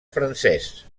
francès